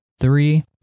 Three